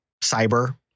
cyber